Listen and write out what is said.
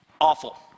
Awful